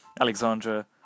Alexandra